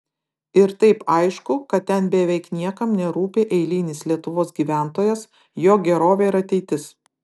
ir taip aišku kad ten beveik niekam nerūpi eilinis lietuvos gyventojas jo gerovė ir ateitis